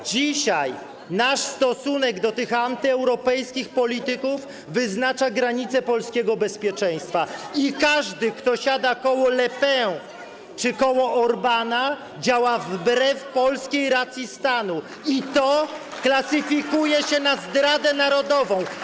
Dzisiaj nasz stosunek do tych antyeuropejskich polityków wyznacza granice polskiego bezpieczeństwa i każdy, kto siada koło Le Pen czy koło Orbána, działa wbrew polskiej racji stanu i to klasyfikuje się na zdradę narodową.